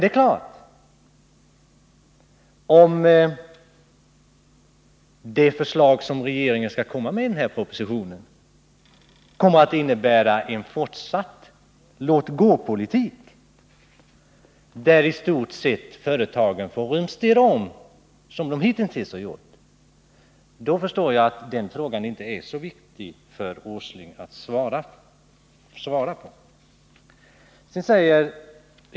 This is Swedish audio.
Om det förslag som regeringen skall presentera i den här propositionen innebär en fortsatt låtgåpolitik, som i stort sett tillåter företagen att rumstera som de hitintills har gjort, kan jag förstå att den frågan inte är så viktig att Nils Åsling vill svara på den.